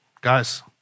Guys